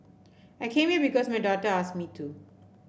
I came here because my daughter asked me to